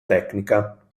tecnica